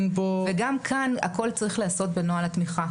וגם כאן הכל צריך להיעשות בנוהל התמיכה.